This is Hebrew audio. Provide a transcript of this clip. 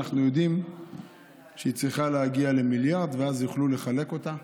אנחנו יודעים שהיא צריכה להגיע למיליארד ואז יוכלו לחלק אותה.